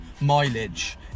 mileage